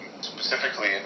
specifically